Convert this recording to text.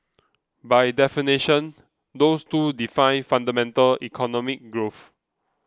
by definition those two define fundamental economic growth